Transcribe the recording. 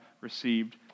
received